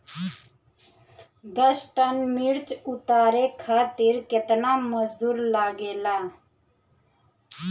दस टन मिर्च उतारे खातीर केतना मजदुर लागेला?